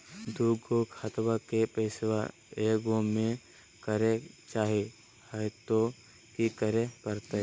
दू गो खतवा के पैसवा ए गो मे करे चाही हय तो कि करे परते?